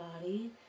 body